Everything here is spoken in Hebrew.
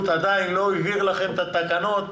אתה מייצג את כל הארץ,